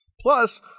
Plus